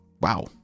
Wow